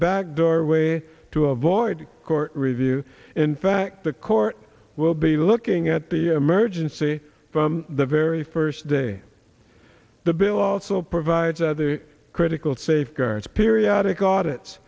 backdoor way to avoid court review in fact the court will be looking at the emergency from the very first day the bill also provides other critical safeguards periodic audit